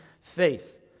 faith